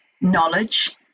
knowledge